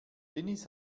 dennis